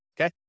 Okay